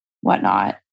whatnot